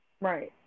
Right